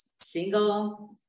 single